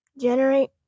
generate